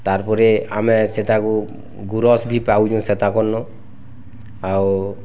ତାପରେ ଆମେ ସେଟାକୁ ଗୁରସ୍ ବି ପାଉଛୁ ସେତା କୁନୁ ଆଉ